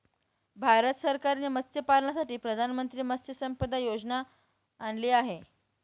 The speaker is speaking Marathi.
भारत सरकारने मत्स्यपालनासाठी प्रधानमंत्री मत्स्य संपदा योजना आणली आहे